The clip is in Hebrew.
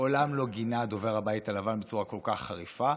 מעולם לא גינה דובר הבית הלבן בצורה כל כך חריפה.